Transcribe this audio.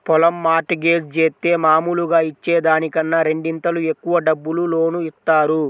పొలం mortgage జేత్తే మాములుగా ఇచ్చే దానికన్నా రెండింతలు ఎక్కువ డబ్బులు లోను ఇత్తారు